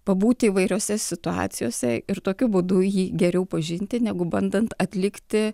pabūti įvairiose situacijose ir tokiu būdu jį geriau pažinti negu bandant atlikti